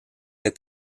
est